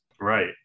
right